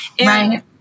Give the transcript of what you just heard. right